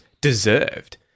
deserved